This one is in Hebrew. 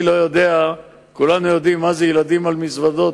כולנו יודעים מה זה ילדים על מזוודות,